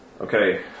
Okay